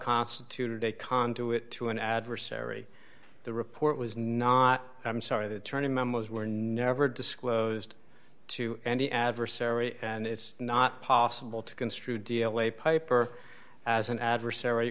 constituted a conduit to an adversary the report was not i'm sorry the turning memos were never disclosed to any adversary and it's not possible to construe d l a piper as an adversary